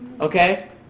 Okay